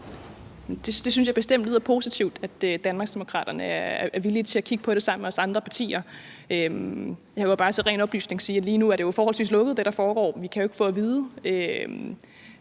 Jeg synes bestemt, det lyder positivt, at Danmarksdemokraterne er villige til at kigge på det sammen med os andre. Nu må jeg bare til oplysning sige, at lige nu er det, der foregår, jo forholdsvis lukket. Vi kan ikke få at vide,